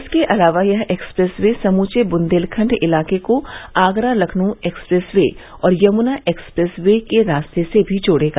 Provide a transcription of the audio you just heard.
इसके अलावा यह एक्सप्रेस वे समूचे बुन्देलखंड इलाके को आगरा लखनऊ एक्सप्रेस वे और यमुना एक्सप्रेस वे के रास्ते से भी जोड़ेगा